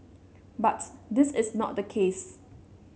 but this is not the case